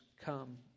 come